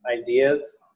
ideas